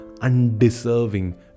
undeserving